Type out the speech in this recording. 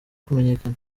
kumenyekana